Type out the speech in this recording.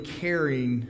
caring